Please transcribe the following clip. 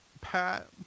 Pat